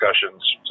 discussions